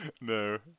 No